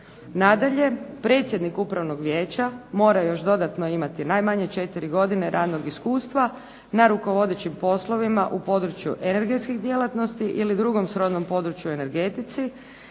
Nadalje, predsjednik upravnog vijeća mora još dodatno imati najmanje 4 godine radnog iskustva na rukovodećim poslovima na području enrgetskih djelatnosti ili drugom srodnom području energetici